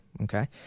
Okay